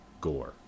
Gore